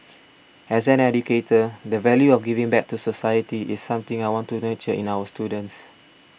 as an educator the value of giving back to society is something I want to nurture in our students